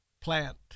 plant